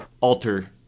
alter